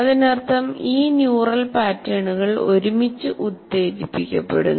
അതിനർത്ഥം ഈ ന്യൂറൽ പാറ്റേണുകൾ ഒരുമിച്ച് ഉത്തേജിപ്പിക്കപ്പെടുന്നു